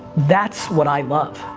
that's what i love.